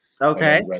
Okay